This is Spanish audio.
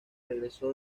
regresó